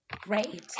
Great